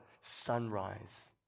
sunrise